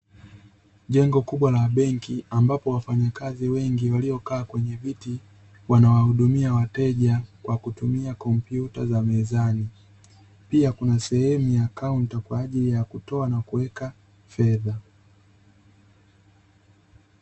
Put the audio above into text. Jengo kubwa la benki ambapo wafanyakazi wengi waliokaa kwenye viti wanawahudumia wateja kwa kutumia kompyuta za mezani. Pia kuna sehemu ya kaunta kwa ajili ya kutoa na kuweka fedha.